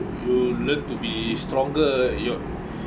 you learn to be stronger your